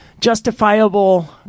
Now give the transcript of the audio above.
justifiable